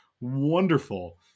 wonderful